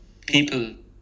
people